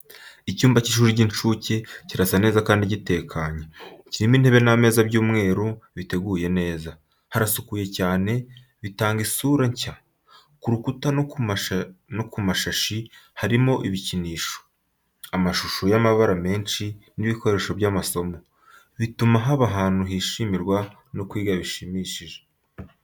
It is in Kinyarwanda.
Icyumba cy'ishuri ry’inshuke kirasa neza kandi gitekanye, kirimo intebe n’ameza y’umweru biteguye neza. Harasukuye cyane, bigatanga isura nshya. Ku rukuta no ku mashashi harimo ibikinisho, amashusho y’amabara menshi n’ibikoresho by’amasomo, bituma haba ahantu hishimirwa no kwiga bishimishije.